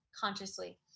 consciously